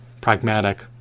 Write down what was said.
pragmatic